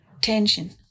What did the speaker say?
tension